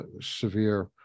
severe